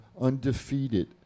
undefeated